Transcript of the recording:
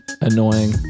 annoying